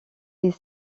est